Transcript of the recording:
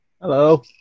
Hello